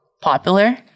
popular